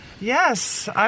Yes